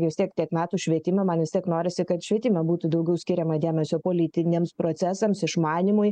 vis tiek tiek metų švietime man vis tiek norisi kad švietime būtų daugiau skiriama dėmesio politiniams procesams išmanymui